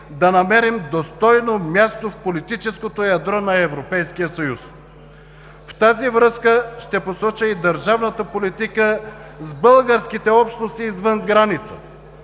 да намерим достойно място в политическото ядро на Европейския съюз. В тази връзка ще посоча и държавната политика с българските общности извън граница.